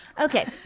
Okay